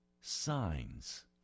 signs